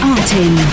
Artin